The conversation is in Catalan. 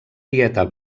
dieta